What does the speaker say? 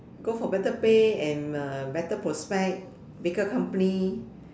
go for better pay and uh better prospect bigger company